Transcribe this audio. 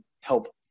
help